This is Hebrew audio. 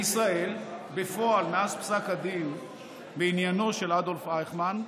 בישראל, מאז פסק הדין בעניינו של אדולף אייכמן,